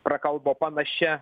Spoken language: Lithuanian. prakalbo panašia